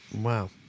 Wow